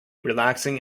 relaxing